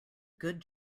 good